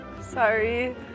Sorry